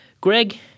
Greg